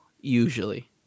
usually